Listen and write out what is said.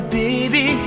baby